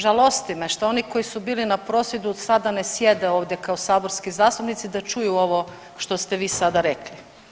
Žalosti me što oni koji su bili na prosvjedu sada ne sjede ovdje kao Saborski zastupnici da čuju ovo što ste vi sada rekli.